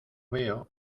veo